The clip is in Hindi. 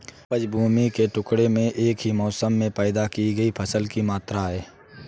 उपज भूमि के टुकड़े में एक ही मौसम में पैदा की गई फसल की मात्रा है